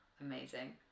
Amazing